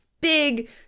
Big